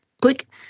click